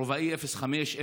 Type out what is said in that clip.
רובאי 05,